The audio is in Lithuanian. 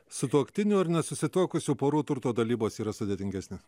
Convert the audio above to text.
sutuoktinių ir nesusituokusių porų turto dalybos yra sudėtingesnės